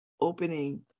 opening